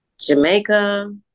Jamaica